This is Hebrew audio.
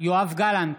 יואב גלנט,